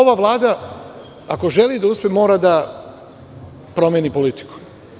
Ova Vlada ako želi da uspe mora da promeni politiku.